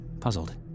Puzzled